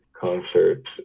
concerts